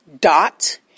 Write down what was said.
dot